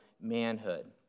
manhood